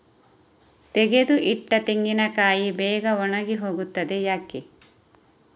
ತೆಗೆದು ಇಟ್ಟ ತೆಂಗಿನಕಾಯಿ ಬೇಗ ಒಣಗಿ ಹೋಗುತ್ತದೆ ಯಾಕೆ?